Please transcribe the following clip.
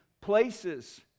places